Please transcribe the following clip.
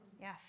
yes